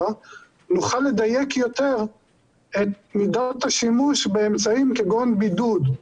נוכל לדייק יותר את מידת השימוש באמצעים כמו בידוד.